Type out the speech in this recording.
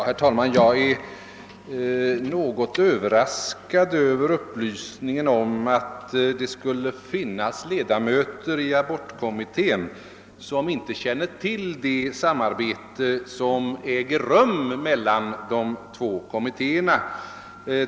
Herr talman! Jag är något överraskad över upplysningen att det skulle finnas ledamöter av abortkommittén som inte känner till det samarbete som äger rum mellan de två kommittéerna.